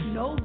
no